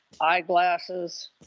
eyeglasses